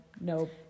nope